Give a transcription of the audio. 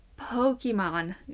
Pokemon